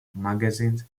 magazines